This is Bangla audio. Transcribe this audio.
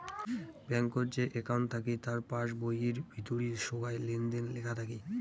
ব্যাঙ্কত যে একউন্ট থাকি তার পাস বইয়ির ভিতরি সোগায় লেনদেন লেখা থাকি